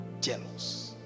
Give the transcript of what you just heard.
Jealous